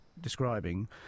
describing